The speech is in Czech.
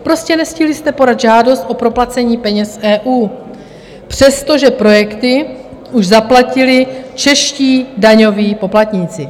Prostě nestihli jste podat žádost o proplacení peněz z EU, přestože projekty už zaplatili čeští daňoví poplatníci.